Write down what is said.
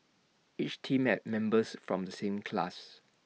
each team had members from the same class